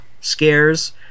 scares